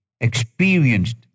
experienced